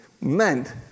meant